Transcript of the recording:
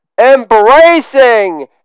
embracing